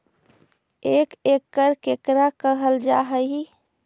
एक एकड़ केकरा कहल जा हइ?